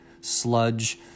sludge